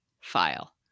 file